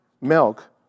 milk